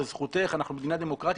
זו זכותך אנחנו מדינה דמוקרטית.